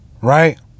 right